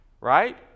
right